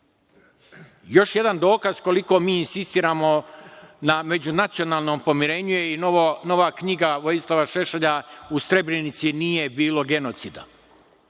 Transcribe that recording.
jedan dokaz koliko mi insistiramo na međunacionalnom pomirenju je i nova knjiga Vojislava Šešelja "U Srebrenici nije bilo genocida".